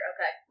Okay